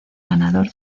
ganador